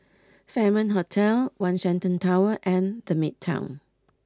Fairmont Hotel One Shenton Tower and the Midtown